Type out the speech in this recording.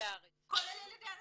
כולל ילידי הארץ.